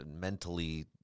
mentally